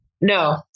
No